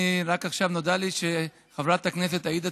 רק עכשיו נודע לי שחברת הכנסת עאידה